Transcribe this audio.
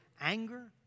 anger